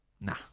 nah